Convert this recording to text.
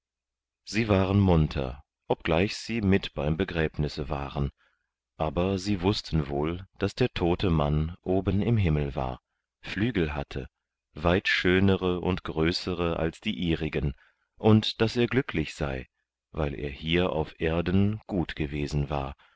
sie waren munter obgleich sie mit beim begräbnisse waren aber sie wußten wohl daß der tote mann oben im himmel war flügel hatte weit schönere und größere als die ihrigen und daß er glücklich sei weil er hier auf erden gut gewesen war